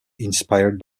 inspired